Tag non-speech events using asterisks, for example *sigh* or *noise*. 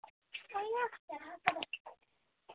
*unintelligible*